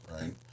right